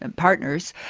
and partners,